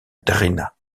drina